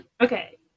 Okay